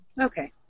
Okay